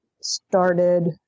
started